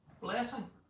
Blessing